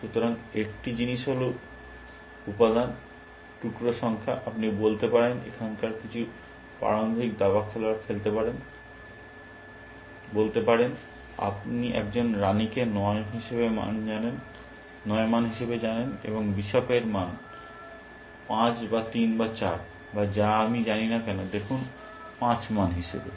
সুতরাং একটি জিনিস হল উপাদান টুকরো সংখ্যা আপনি বলতে পারেন এখনকার কিছু প্রারম্ভিক দাবা খেলোয়াড় বলতে পারেন আপনি একজন রাণীকে 9 মান হিসাবে জানেন এবং বিশপের মান 5 বা 3 বা 4 বা যা আমি জানি না দেখুন মান 5 হিসাবে